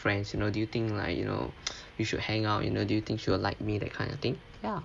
friends you know do you think like you know you should hang out you know do you think she will like me that kind of thing ya